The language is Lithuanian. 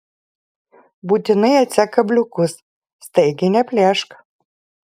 būtinai atsek kabliukus staigiai neplėšk